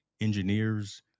engineers